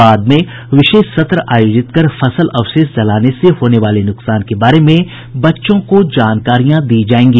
बाद में विशेष सत्र आयोजित कर फसल अवशेष जलाने से होने वाले नुकसान के बारे में बच्चों को जानकारियां दी जायेंगी